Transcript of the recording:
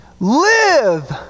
live